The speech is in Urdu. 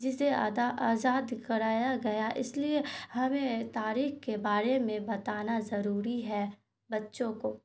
جسے آزاد کرایا گیا اس لیے ہمیں تاریخ کے بارے میں بتانا ضروری ہے بچوں کو